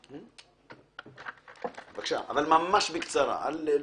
דרומי, עשה לי טובה, התחלת מברית בין הבתרים.